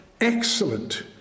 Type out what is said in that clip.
excellent